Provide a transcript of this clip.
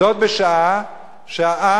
זאת, בשעה שהעם,